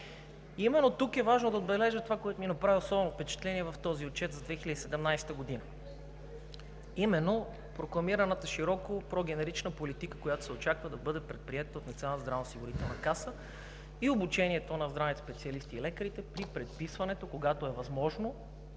Именно тук е важно да отбележа това, което ми направи особено впечатление в отчета за 2017 г. – широко прокламираната прогенерична политика, която се очаква да бъде предприета от Националната здравноосигурителна каса и обучението на здравните специалисти и лекарите при предписването, когато е възможно,